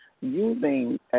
using